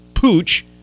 pooch